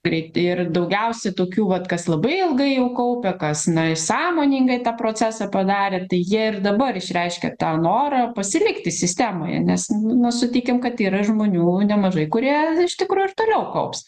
greit ir daugiausia tokių vat kas labai ilgai jau kaupia kas na sąmoningai tą procesą padarė tai jie ir dabar išreiškia tą norą pasilikti sistemoje nes na sutikim kad yra žmonių nemažai kurie iš tikro ir toliau kaups